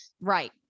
Right